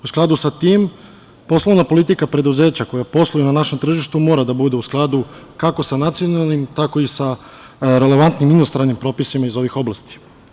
U skladu sa tim, poslovna politika preduzeća koja posluju na našem tržištu mora da bude u skladu kako sa nacionalnim, tako i sa relevantnim inostranim propisima iz ovih oblasti.